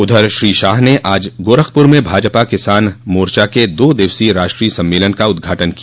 उधर श्री शाह ने आज गोरखपूर में भाजपा किसान मोर्चा के दो दिवसीय राष्ट्रीय सम्मेलन का उद्घाटन किया